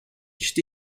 phd